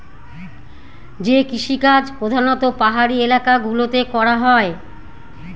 যে কৃষিকাজ প্রধানত পাহাড়ি এলাকা গুলোতে করা হয়